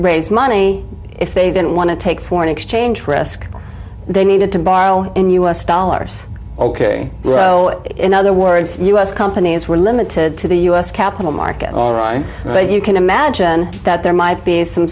raise money if they didn't want to take foreign exchange risk they needed to borrow in u s dollars ok so in other words u s companies were limited to the u s capital market all right but you can imagine that there might be some